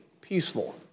peaceful